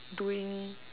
doing